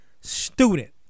student